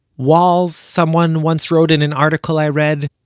walls, someone once wrote in an article i read,